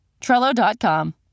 Trello.com